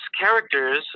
characters